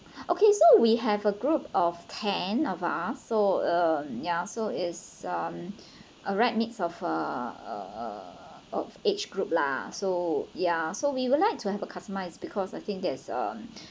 okay so we have a group of ten of us so uh ya so is um a right mix of uh uh uh of age group lah so ya so we would like to have a customized because I think there's um